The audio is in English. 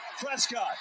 Prescott